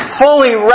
fully